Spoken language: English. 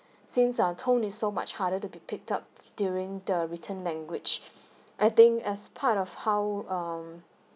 since our tone is so much harder to be picked up during the written language I think as part of how um